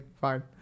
fine